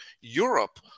Europe